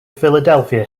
philadelphia